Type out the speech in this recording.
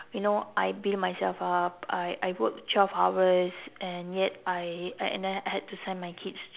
you know I build myself up I I work twelve hours and yet I uh and then I had to send my kid